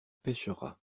pêchera